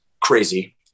crazy